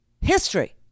history